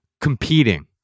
competing